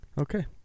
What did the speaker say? Okay